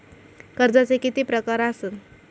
कर्जाचे किती प्रकार असात?